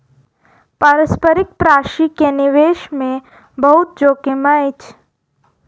पारस्परिक प्राशि के निवेश मे बहुत जोखिम अछि